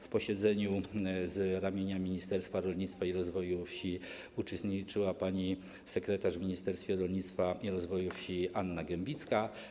W posiedzeniu z ramienia Ministerstwa Rolnictwa i Rozwoju Wsi uczestniczyła pani sekretarz stanu w Ministerstwie Rolnictwa i Rozwoju Wsi Anna Gembicka.